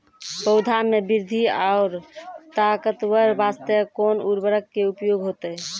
पौधा मे बृद्धि और ताकतवर बास्ते कोन उर्वरक के उपयोग होतै?